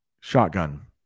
shotgun